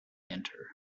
enter